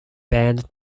band